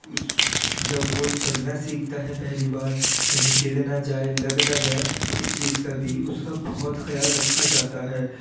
اس جب وہ چلنا سیکھتا ہے پہلی بار کہیں گر نہ جائے لگ نہ جائے اس چیز کا بھی اس کا بہت خیال رکھا جاتا ہے